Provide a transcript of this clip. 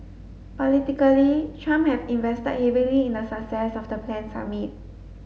politically Trump had invested heavily in the success of the planned summit